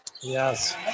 Yes